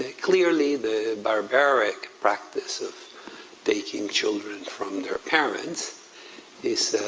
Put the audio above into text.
ah clearly, the barbaric practice of taking children from their parents is